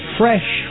fresh